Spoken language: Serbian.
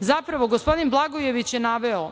Zapravo, gospodin Blagojević je naveo